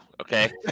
okay